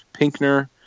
Pinkner